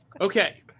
Okay